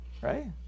Right